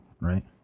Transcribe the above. right